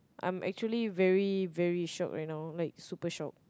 I'm actually very very shocked you know like super shocked